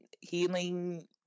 healing